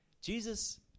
Jesus